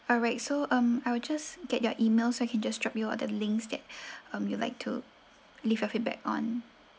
alright so um I will just get your email so I can just drop you uh the links that um you'd like to leave a feedback on